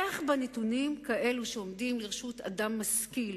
איך, בנתונים כאלה, שעומדים לרשות אדם משכיל,